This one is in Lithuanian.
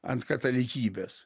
ant katalikybės